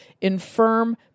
infirm